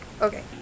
okay